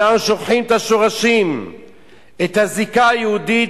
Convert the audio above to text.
אנחנו שוכחים את השורשים את הזיקה היהודית